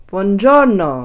Buongiorno